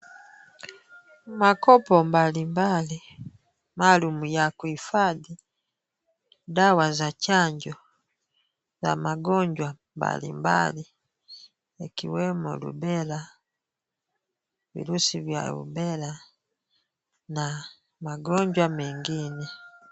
Makopo mbalimbali maalum ya kuhifadhi dawa za chanjo za magonjwa mbalimbali